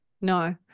no